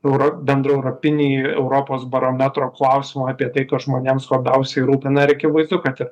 euro bendraeuropinį europos barometro klausimą apie tai kad žmonėms labaiusiai rūpi akivaizdu kad ir